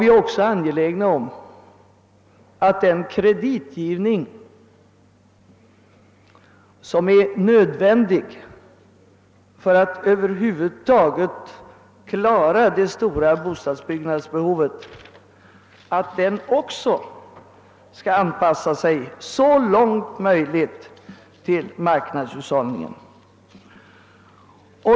Vi är också angelägna om att den kreditgivning, som är nödvändig för att över huvud taget klara det stora bostadsbyggnadsbehovet, så långt möjligt skall anpassa sig till marknadshushållningen.